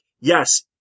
yes